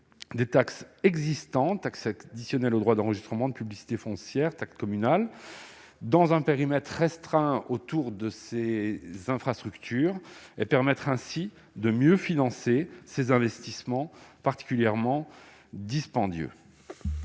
les taxes existantes- taxe communale additionnelle aux droits d'enregistrement, taxe de publicité foncière et autres taxes communales -dans un périmètre restreint autour de ces infrastructures, afin de mieux financer ces investissements particulièrement dispendieux.